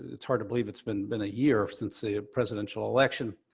it's hard to believe it's been been a year since the ah presidential election,